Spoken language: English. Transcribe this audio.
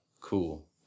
Cool